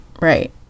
Right